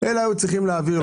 אלא היו צריכים להעביר.